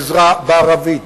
עזרה בערבית,